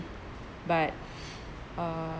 but uh